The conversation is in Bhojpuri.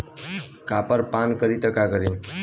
कॉपर पान करी त का करी?